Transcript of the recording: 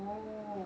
oh